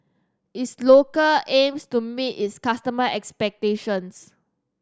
is local aims to meet its customer expectations